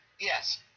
yes